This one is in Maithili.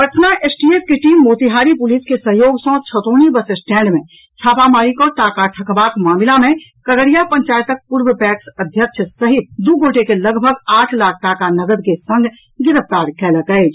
पटना एसटीएफ के टीम मोतिहारी पुलिस के सहयोग सँ छतौनी बस स्टैंड मे छापामारी कऽ टाका ठकबाक मामिला मे कररिया पंचायतक पूर्व पैक्स अध्यक्ष सहित दू गोटे के लगभग आठ लाख टाका नगद के संग गिरफ्तार कयलक अछि